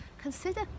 consider